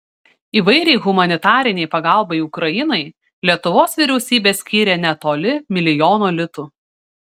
įvairiai humanitarinei pagalbai ukrainai lietuvos vyriausybė skyrė netoli milijono litų